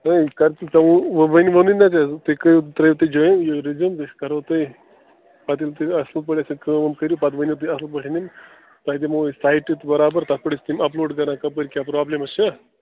نہَ یِم کر ژٕ ژوٚوُہ وُنہِ ووٚنے نا ژےٚ تُہۍ کٔرِو ترٛٲوِو تُہۍ جۄایِن یہِ رِزیوٗم أسۍ کَرو تُہۍ پتہٕ ییٚلہِ تُہۍ اَصٕل پٲٹھۍ ٲسِو کٲم وٲم کٔرِو پتہٕ بنِو تُہۍ اصٕل پٲٹھۍ تۄہہِ دِمہو أسۍ سایٹہٕ تہِ برابر تَتھ پٮ۪ٹھ أسۍ تِم اَپ لوڈ کَران کپٲرۍ کیٛاہ پرٛابلِمٕز چھِ